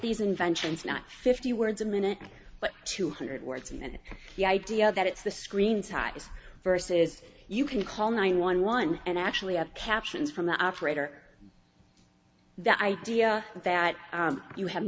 these inventions not fifty words a minute but two hundred words and the idea that it's the screen size verses you can call nine one one and actually have captions from the operator the idea that you have